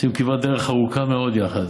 עשינו כברת דרך ארוכה מאוד יחד,